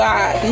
God